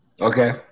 okay